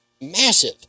massive